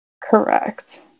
correct